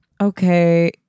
Okay